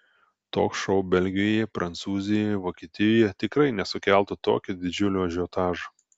toks šou belgijoje prancūzijoje vokietijoje tikrai nesukeltų tokio didžiulio ažiotažo